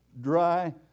dry